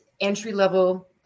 entry-level